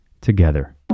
together